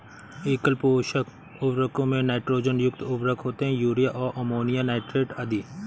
एकल पोषक उर्वरकों में नाइट्रोजन युक्त उर्वरक होते है, यूरिया और अमोनियम नाइट्रेट आदि